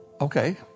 okay